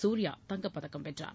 சூரியா தங்கப்பதக்கம் வென்றார்